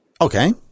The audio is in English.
okay